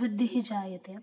वृद्धिः जायते